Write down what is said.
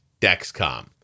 Dexcom